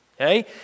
okay